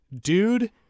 dude